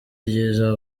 ryiza